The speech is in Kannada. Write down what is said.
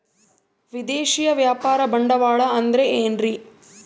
ವಿದೇಶಿಯ ವ್ಯಾಪಾರ ಬಂಡವಾಳ ಅಂದರೆ ಏನ್ರಿ?